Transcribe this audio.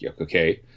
okay